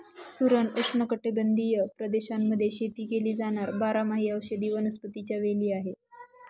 सुरण उष्णकटिबंधीय प्रदेशांमध्ये शेती केली जाणार बारमाही औषधी वनस्पतीच्या वेली आहे